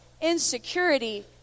insecurity